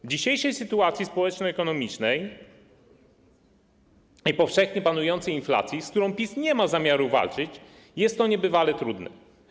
W dzisiejszej sytuacji społeczno-ekonomicznej i przy powszechnie panującej inflacji, z którą PiS nie ma zamiaru walczyć, jest to niebywale trudne.